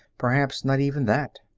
perhaps not even that.